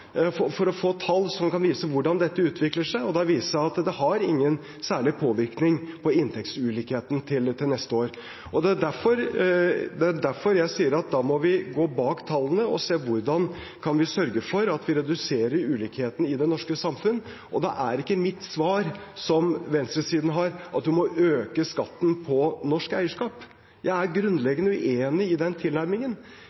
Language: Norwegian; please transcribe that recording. for å få tall som kan vise hvordan dette utvikler seg. Da viser det seg at det ikke har noen særlig påvirkning på inntektsulikheten til neste år. Det er derfor jeg sier at vi må gå bak tallene og se hvordan vi kan sørge for at vi reduserer ulikhetene i det norske samfunn. Og det er ikke mitt svar det samme som venstresiden har, at vi må øke skatten på norsk eierskap. Jeg er